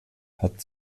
hat